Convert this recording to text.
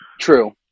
true